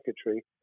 secretary